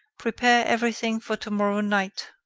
prepare everything for tomorrow night.